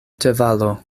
ĉevalo